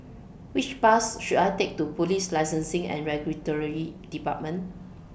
Which Bus should I Take to Police Licensing and Regulatory department